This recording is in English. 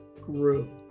grew